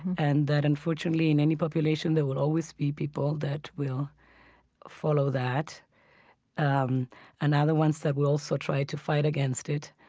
and that unfortunately in any population, there will always be people that will follow that um and other ones that will also try to fight against it.